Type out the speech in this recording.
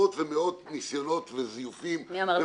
עשרות ומאות ניסיונות לזיופים -- מי אמר לך שלא יזמתי?